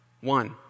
One